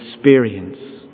experience